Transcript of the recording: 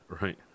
right